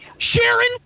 Sharon